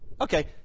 Okay